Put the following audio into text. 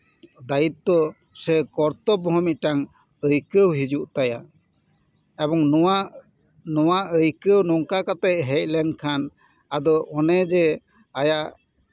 ᱫᱟᱭᱤᱛᱛᱚ ᱥᱮ ᱠᱚᱨᱛᱚᱵᱵᱚ ᱦᱚᱸ ᱢᱤᱫᱴᱟᱝ ᱟᱹᱭᱠᱟᱹᱣ ᱦᱤᱡᱩᱜ ᱛᱟᱭᱟ ᱮᱵᱚᱝ ᱱᱚᱣᱟ ᱱᱚᱣᱟ ᱟᱹᱭᱠᱟᱹᱣ ᱱᱚᱝᱠᱟ ᱠᱟᱛᱮᱜ ᱦᱮᱡ ᱞᱮᱱᱠᱷᱟᱱ ᱟᱫᱚ ᱚᱱᱮ ᱡᱮ ᱟᱭᱟᱜ